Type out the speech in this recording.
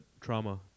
trauma